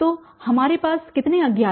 तो हमारे पास कितने अज्ञात हैं